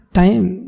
time